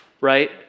right